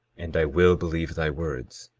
and i will believe thy words.